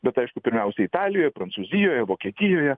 bet aišku pirmiausia italijoje prancūzijoje vokietijoje